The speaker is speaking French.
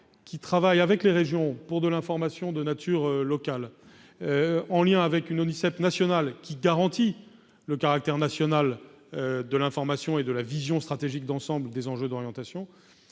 travaillent avec les régions pour de l'information de nature locale en lien avec un ONISEP qui garantit le caractère national de l'information et de la vision stratégique d'ensemble des enjeux d'orientation